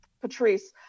Patrice